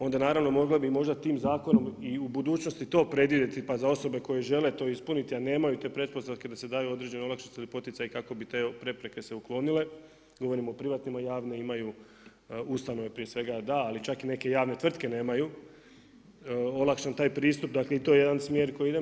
Onda naravno mogla bi možda tim zakonom i u budućnosti to predvidjeti pa za osobe koje žele to ispuniti a nemaju te pretpostavke da se daju određene olakšice ili poticaj kako bi te prepreke se uklonile, govorimo o privatnima, javne imaju ustanove prije svega da ali čak i neke javne tvrtke nemaju olakšan taj pristup, dakle i to je jedan smjer kojim idemo.